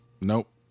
Nope